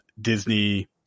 Disney